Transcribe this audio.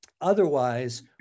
otherwise